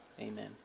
amen